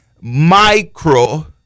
micro